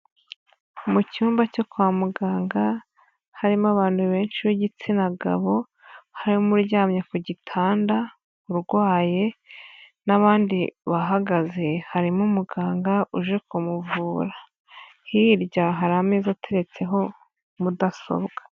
Mu cyumba cyo kwa muganga, harimo abantu benshi b'igitsina gabo, harimo uryamye ku gitanda, urwaye n'abandi bahagaze harimo umuganga uje kumuvura, hirya hari ameza ateretseho mudasobwa.